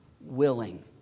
willing